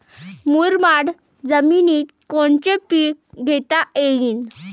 मुरमाड जमिनीत कोनचे पीकं घेता येईन?